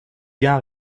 gains